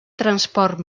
transport